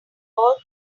all